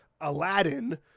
Aladdin